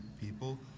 people